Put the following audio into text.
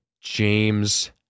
James